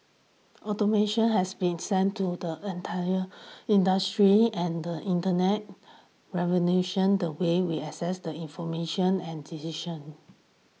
automation has been sent to the entire industries and the Internet revolution the way we access the information and decisions